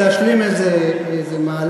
להשלים איזה מהלך.